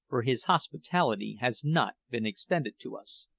for his hospitality has not been extended to us.